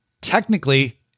technically